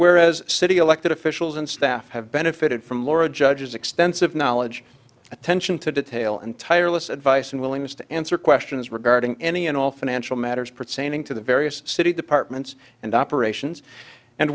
whereas city elected officials and staff have benefited from laura judge's extensive knowledge attention to detail and tireless advice and willingness to answer questions regarding any and all financial matters pertaining to the various city departments and operations and